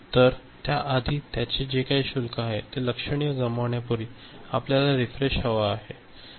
तर त्यातर त्याआधी त्याचे जे काही शुल्क आहे ते लक्षणीय गमावण्यापूर्वी आपल्याला तजेला हवा आहे